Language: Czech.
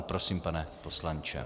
Prosím, pane poslanče.